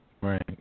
Right